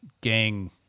gang